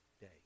day